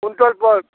क्विन्टलपर